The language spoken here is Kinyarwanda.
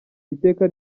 iteka